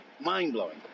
mind-blowing